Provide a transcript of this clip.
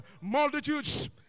multitudes